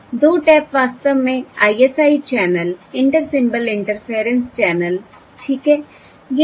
2 tap वास्तव में ISI channel inter symbol interference channel ठीक है